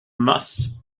mass